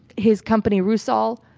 his company rusal,